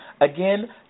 Again